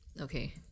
Okay